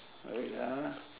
wait ah